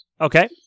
Okay